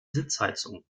sitzheizung